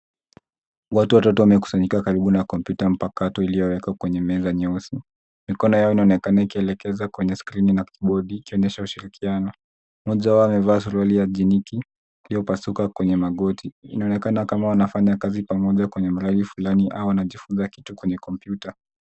Watu watatu wamekusnyika karibu na kompyuta iliyowekwa kwenye meza nyeusi. Mikono yao inaonekana ikielekeza kwenye skrini na kibodi ikionyesha ushirikiano. Mmoja wao amevaa suruali ya jiniki iliyopasuka kwenye magoti. Inaonekana kama wanafanya kazi pamoja kwenye mradi fulani au wanajifunza kitu kwenye kompyuta.